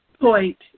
point